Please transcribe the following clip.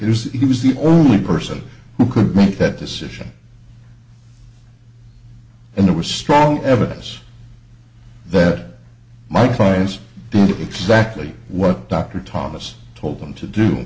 was he was the only person who could make that decision and there was strong evidence that my client did exactly what dr thomas told them to